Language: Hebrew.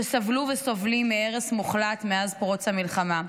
שסבלו וסובלים מהרס מוחלט מאז פרוץ המלחמה.